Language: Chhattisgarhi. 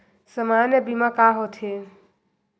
सामान्य बीमा का होथे?